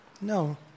No